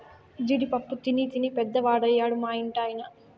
జీడి పప్పు తినీ తినీ పెద్దవాడయ్యాడు మా ఇంటి ఆయన